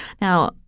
Now